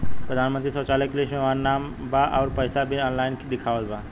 प्रधानमंत्री शौचालय के लिस्ट में हमार नाम बा अउर पैसा भी ऑनलाइन दिखावत बा